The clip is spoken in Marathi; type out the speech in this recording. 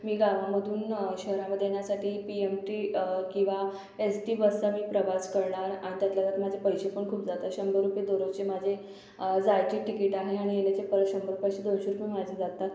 मी गावामधून शहरामध्ये येण्यासाठी पी एम टी किंवा एस टी बसचा मी प्रवास करणार आणि त्यातल्या त्यात माझं पैसे पण खूप जातात शंभर रुपे दरोजचे माझे जायची टिकीट आहे आणि येण्याचे परत शंभर तसे दोनशे रुपये माझे जातात